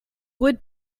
would